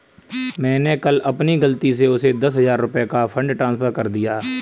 मैंने कल अपनी गलती से उसे दस हजार रुपया का फ़ंड ट्रांस्फर कर दिया